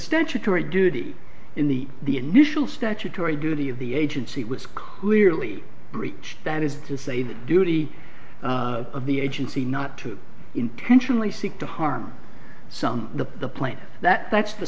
statutory duty in the the initial statutory duty of the agency was clearly breached that is to say the duty of the agency not to intentionally seek to harm someone the plant that that's the